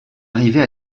arriver